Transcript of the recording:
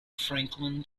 franklin